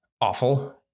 awful